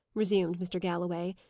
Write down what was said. resumed mr. galloway.